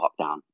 lockdown